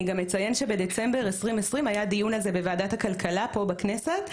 אני גם אציין שבדצמבר 2020 היה דיון על כך בוועדת הכלכלה בכנסת.